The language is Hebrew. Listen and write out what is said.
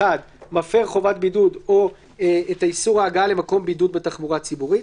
(1) מפר חובת בידוד או את איסור ההגעה למקום בידוד בתחבורה ציבורית.